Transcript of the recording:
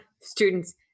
students